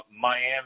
Miami